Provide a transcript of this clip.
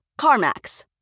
CarMax